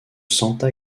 santa